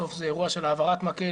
בסוף זה אירוע של העברת מקל,